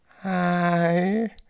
Hi